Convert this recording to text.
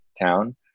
town